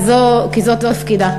כי זה תפקידה.